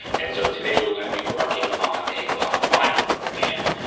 and so today we're gonna be working on a glock firearm, and,